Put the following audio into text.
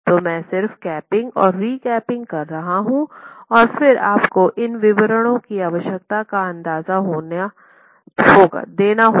तो मैं सिर्फ कैपिंग और रीकैपिंग कर रहा हूँ और फिर आपको इन विवरणों की आवश्यकताओं का अंदाजा देना होगा